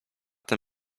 ten